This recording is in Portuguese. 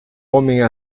homem